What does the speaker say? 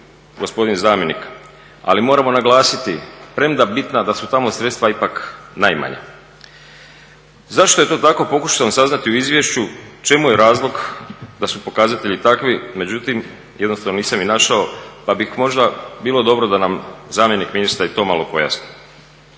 gospodin zamjenik. Ali moramo naglasiti, premda bitna, da su tamo sredstava ipak najmanja. Zašto je to tako pokušao sam saznati u izvješću, čemu je razlog da su pokazatelji takvi, međutim jednostavni nisam ih našao pa bih možda bilo dobro da nam zamjenik ministra i to malo pojasni.